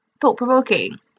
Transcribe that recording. thought-provoking